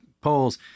polls